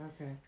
Okay